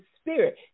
spirit